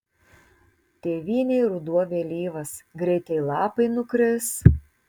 tėvynėj ruduo vėlyvas greitai lapai nukris